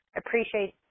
appreciate